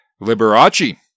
Liberace